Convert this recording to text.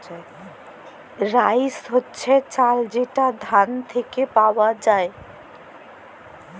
rice হছে চাল যেট ধাল থ্যাইকে পাউয়া যায়